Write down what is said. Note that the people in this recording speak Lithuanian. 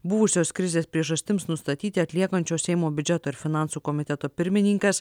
buvusios krizės priežastims nustatyti atliekančio seimo biudžeto ir finansų komiteto pirmininkas